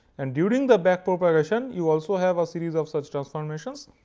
and during the backpropagation, you also have a series of such transformations.